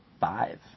five